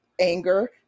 anger